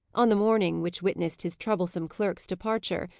on the morning which witnessed his troublesome clerk's departure,